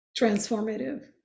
transformative